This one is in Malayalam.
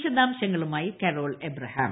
വിശദാംശങ്ങളുമായി കരോൾ എബ്രഹാം